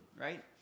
Right